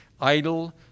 idle